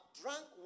drunk